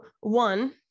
one